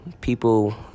people